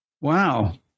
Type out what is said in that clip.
Wow